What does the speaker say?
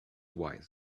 wise